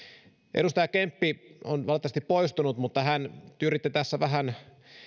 edustaja kemppi on valitettavasti poistunut mutta hän yritti tässä vähän